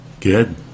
Good